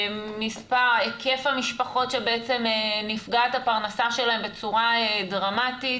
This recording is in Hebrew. היקף המשפחות שבעצם נפגעת הפרנסה שלהם בצורה דרמטית.